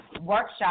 workshop